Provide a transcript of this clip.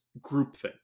groupthink